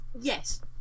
Yes